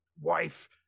wife